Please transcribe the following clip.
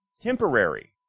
temporary